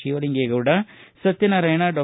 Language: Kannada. ಶಿವಲಿಂಗೇಗೌಡ ಸತ್ಯನಾರಾಯಣ ಡಾ